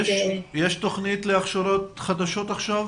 יש תוכנית להכשרות חדשות עכשיו,